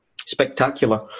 spectacular